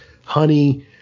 honey